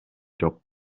жок